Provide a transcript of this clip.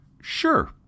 sure